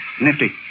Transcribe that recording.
Nifty